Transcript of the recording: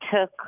took